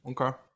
Okay